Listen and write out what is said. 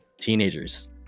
teenagers